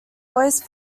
always